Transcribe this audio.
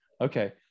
Okay